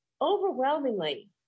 overwhelmingly